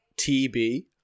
TB